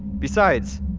besides,